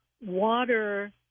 water